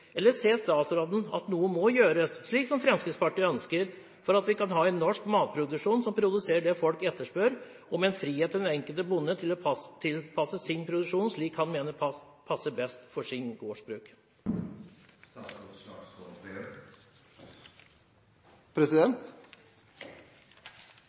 Eller ser statsråden at noe må gjøres, slik som Fremskrittspartiet ønsker, for at vi kan ha en norsk matproduksjon som produserer det folk etterspør, og med frihet for den enkelte bonde til å tilpasse sin produksjon slik han mener det passer best for sitt gårdsbruk?